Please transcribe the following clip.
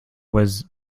was